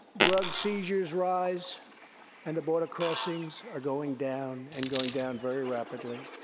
drug seizures rise and the border crossings are going down, and going down very rapidly.